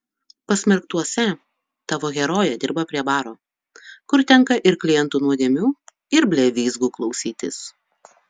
pasmerktuose tavo herojė dirba prie baro kur tenka ir klientų nuodėmių ir blevyzgų klausytis